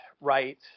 right